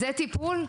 זה טיפול?